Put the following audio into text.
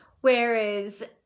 Whereas